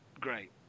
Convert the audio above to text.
great